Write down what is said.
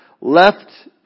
left